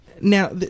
Now